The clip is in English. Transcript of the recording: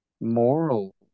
moral